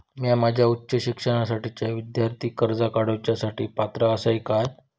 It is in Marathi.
म्या माझ्या उच्च शिक्षणासाठीच्या विद्यार्थी कर्जा काडुच्या साठी पात्र आसा का?